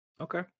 okay